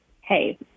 Hey